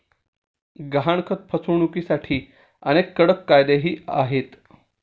गहाणखत फसवणुकीसाठी अनेक कडक कायदेही आहेत